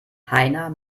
heiner